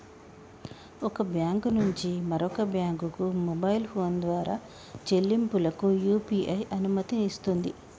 ఒక బ్యాంకు నుంచి మరొక బ్యాంకుకు మొబైల్ ఫోన్ ద్వారా చెల్లింపులకు యూ.పీ.ఐ అనుమతినిస్తుంది